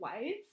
ways